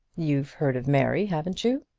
you've heard of mary haven't you?